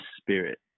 spirit